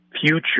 future